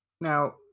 Now